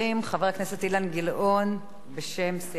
חבר הכנסת אילן גילאון בשם סיעת מרצ.